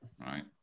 Right